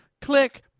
Click